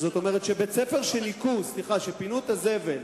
כלומר שבית-ספר שניקו ופינו את הזבל